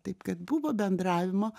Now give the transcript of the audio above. taip kad buvo bendravimo